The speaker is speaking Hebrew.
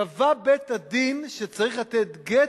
קבע בית-הדין שצריך לתת גט,